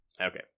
Okay